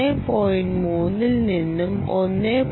3 ൽ നിന്നും 1